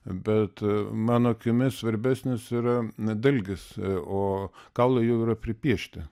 bet mano akimis svarbesnis yra dalgis o kaulai jau yra pripiešti